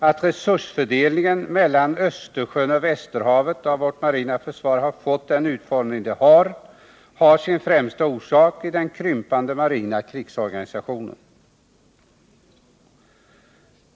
Att resursfördelningen mellan Östersjön och Västerhavet av vårt marina försvar har fått den utformning det har, har sin främsta orsak i den krympande marina krigsorganisationen.